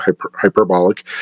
hyperbolic